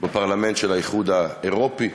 בפרלמנט של האיחוד האירופי,